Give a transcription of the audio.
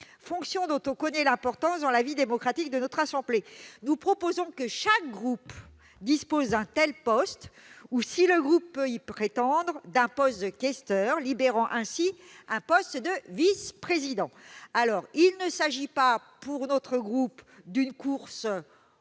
fonction dont on connaît l'importance dans la vie démocratique de notre assemblée. Nous proposons que chaque groupe dispose d'un tel poste ou, si le groupe peut y prétendre, d'un poste de questeur, libérant ainsi un poste de vice-président. Il s'agit, pour notre groupe, non pas